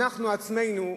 אנחנו עצמנו,